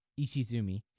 Ishizumi